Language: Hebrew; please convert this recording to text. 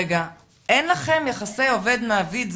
הבנתי שאין לכם יחסי עובד-מעביד.